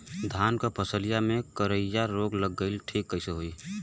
धान क फसलिया मे करईया रोग कईसे ठीक होई?